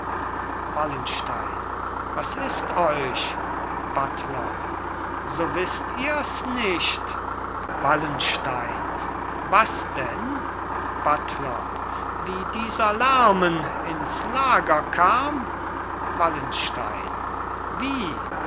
wallenstein was ist euch buttler so wißt ihrs nicht wallenstein was denn buttler wie dieser lärmen ins lager kam wallenstein wie